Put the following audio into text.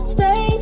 Stay